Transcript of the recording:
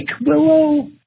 Willow